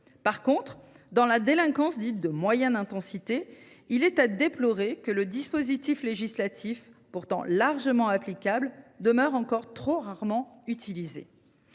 revanche, dans la délinquance dite de moyenne intensité, il est à déplorer que le dispositif législatif, pourtant largement applicable, demeure trop rarement utilisé.